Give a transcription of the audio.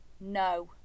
No